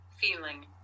feeling